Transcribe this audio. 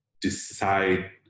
decide